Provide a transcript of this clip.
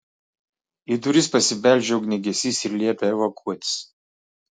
į duris pasibeldžia ugniagesys ir liepia evakuotis